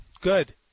Good